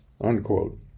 unquote